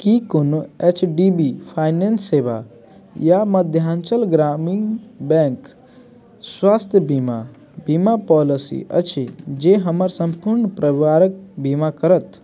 कि कोनो H D B finance सेवा या मध्याञ्चल ग्रामीण बैँक स्वास्थ्य बीमा बीमा पॉलिसी अछि जे हमर सम्पूर्ण परिवारके बीमा करत